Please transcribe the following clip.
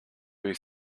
his